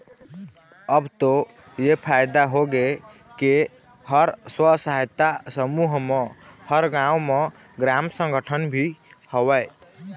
अब तो ऐ फायदा होगे के हर स्व सहायता समूह म हर गाँव म ग्राम संगठन भी हवय